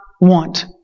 want